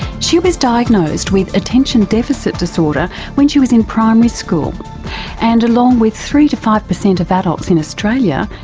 she was diagnosed with attention deficit disorder when she was in primary school and, along with three to five per cent of adults in australia,